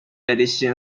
edition